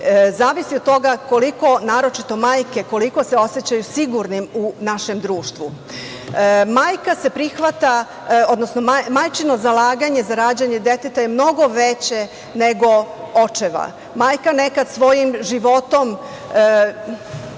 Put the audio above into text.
zavisi od toga koliko naročito majke, koliko se osećaju sigurnim u našem društvu. Majčino zalaganje za rađanje deteta je mnogo veće nego očevo. Majka nekada svojim životom